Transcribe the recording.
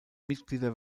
mitglieder